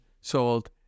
sold